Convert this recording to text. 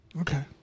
Okay